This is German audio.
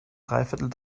dreiviertel